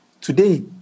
Today